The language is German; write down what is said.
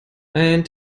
ein